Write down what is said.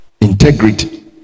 integrity